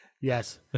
Yes